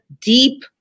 deep